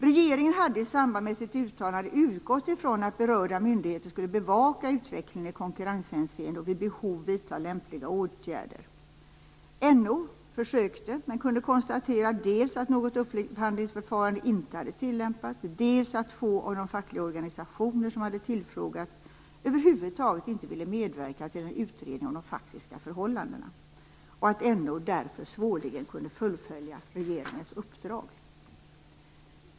Regeringen hade i samband med sitt uttalande utgått från att berörda myndigheter skulle bevaka utvecklingen i konkurrenshänseende och vid behov vidta lämpliga åtgärder. NO försökte men kunde konstatera dels att något upphandlingsförfarande inte hade tillämpats, dels att två av de fackliga organisationer som hade tillfrågats över huvud taget inte ville medverka till en utredning om de faktiska förhållandena och att NO därför svårligen kunde fullfölja regeringens uppdrag.